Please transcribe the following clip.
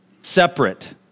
separate